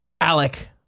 Alec